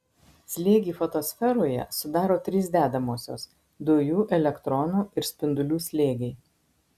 slėgį fotosferoje sudaro trys dedamosios dujų elektronų ir spindulių slėgiai